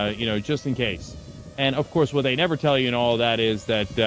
ah you know just in case and of course with a never tell you know all that is that